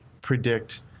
predict